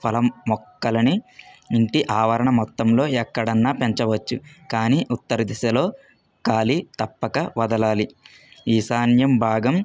ఫలం మొక్కలని ఇంటి ఆవరణ మొత్తంలో ఎక్కడైనా పెంచవచ్చు కాని ఉత్తర దిశలో ఖాళీ తప్పక వదలాలి ఈశాన్యం భాగం